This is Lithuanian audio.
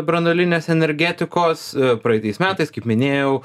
branduolinės energetikos praitais metais kaip minėjau